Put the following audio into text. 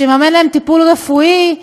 שיממן להם טיפול רפואי,